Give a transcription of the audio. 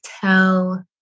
tell